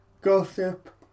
gossip